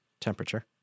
Temperature